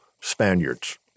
Spaniards